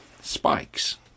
spikes